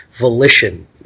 volition